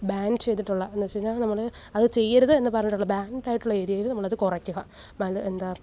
ban ചെയ്തിട്ടുള്ള എന്നുവെച്ചുകഴിഞ്ഞാൽ നമ്മൾ അത് ചെയ്യരുത് എന്നു പറഞ്ഞിട്ടുള്ള ബാന്ഡ് ആയിട്ടുള്ള ഏരിയയിൽ നമ്മളത് കുറയ്ക്കുക അപ്പത് എന്താ